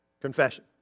Confession